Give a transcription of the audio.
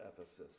Ephesus